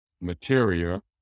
material